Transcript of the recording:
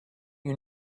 you